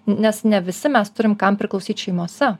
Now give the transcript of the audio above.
nes ne visi mes turim kam priklausyt šeimose